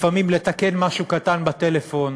לפעמים לתקן משהו קטן בטלפון,